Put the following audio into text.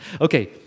Okay